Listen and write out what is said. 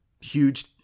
huge